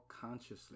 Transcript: consciously